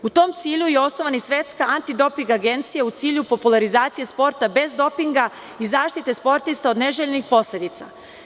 U tom cilju je osnovana i Svetska antidoping agencija u cilju popularizacije sporta bez dopinga i zaštite sportista od neželjenih posledica.